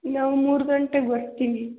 ನಾವು ಮೂರು ಗಂಟೆಗೆ ಬರ್ತೀವಿ